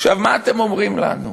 עכשיו, מה אתם אומרים לנו?